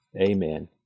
Amen